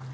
**EVA